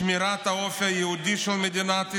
שמירת האופי היהודי של מדינת ישראל,